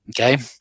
Okay